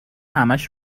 همش